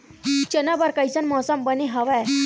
चना बर कइसन मौसम बने हवय?